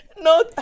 no